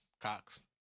Cox